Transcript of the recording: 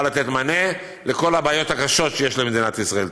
לתת מענה לכל הבעיות הקשות שיש למדינת ישראל.